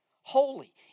holy